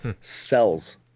cells